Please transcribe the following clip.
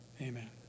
Amen